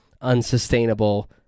unsustainable